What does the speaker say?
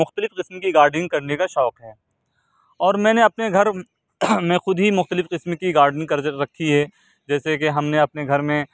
مختلف قسم کی گارڈننگ کرنے کا شوق ہے اور میں نے اپنے گھر میں خود ہی مختلف قسم کی گارڈننگ کر کر رکھی ہے جیسے کہ ہم نے اپنے گھر میں